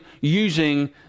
using